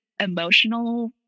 emotional